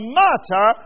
matter